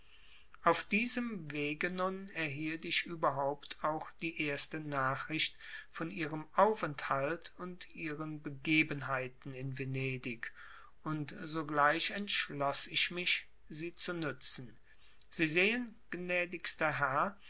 auf diesem wege nun erhielt ich überhaupt auch die erste nachricht von ihrem aufenthalt und ihren begebenheiten in venedig und sogleich entschloß ich mich sie zu nützen sie sehen gnädigster herr